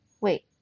Wait